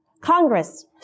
Congress